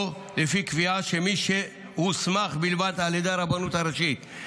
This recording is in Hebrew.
או לפי קביעה שמי שהוסמך בלבד על ידי הרבנות הראשית.